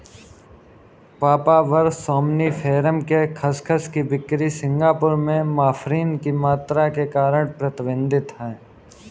papaver somniferum के खसखस की बिक्री सिंगापुर में मॉर्फिन की मात्रा के कारण प्रतिबंधित है